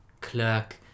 clerk